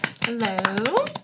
Hello